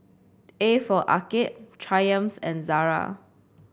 A for Arcade Triumph and Zara